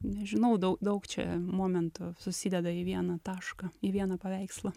nežinau dau daug čia momentų susideda į vieną tašką į vieną paveikslą